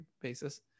basis